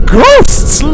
ghosts